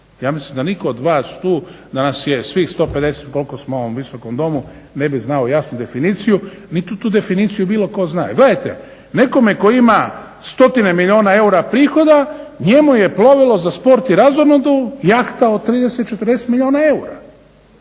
Ja mislim da nitko od vas tu, da nas je svih 150 koliko smo u ovom Visokom domu ne bi znao jasnu definiciju, niti tu definiciju bilo tko zna, jer gledajte nekome tko ima stotine milijuna eura prihoda njemu je plovilo za sport i razonodu jahta od 30, 40 milijuna eura.